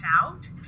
out